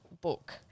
book